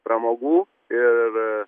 pramogų ir